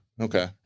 Okay